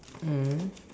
mm